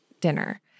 dinner